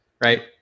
Right